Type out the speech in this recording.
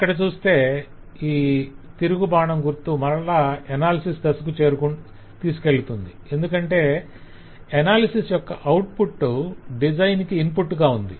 ఇక్కడ చూస్తే ఈ తిరుగు బాణం గుర్తు మరల అనాలిసిస్ దశకు తీసుకెళుతుంది ఎందుకంటే అనాలిసిస్ యొక్క ఔట్పుట్ డిజైన్ కి ఇన్పుట్ గా ఉంది